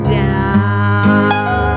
down